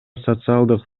социалдык